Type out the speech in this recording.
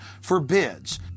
forbids